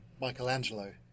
Michelangelo